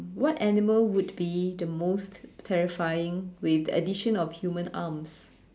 what animal would be the most terrifying with the addition of human arms